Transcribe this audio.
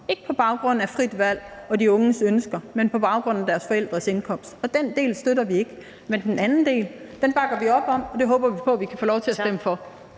ikke på baggrund af det frie valg og de unges ønsker, men altså på baggrund af deres forældres indkomst, og den del støtter vi ikke. Men den anden del bakker vi op om, og det håber vi på at vi kan få lov til at stemme for.